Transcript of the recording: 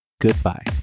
goodbye